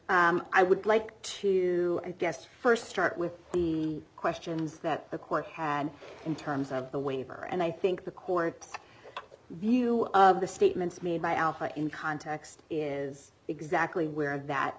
but i would like to suggest st start with the questions that the court had in terms of the waiver and i think the court's view of the statements made by alpha in context is exactly where that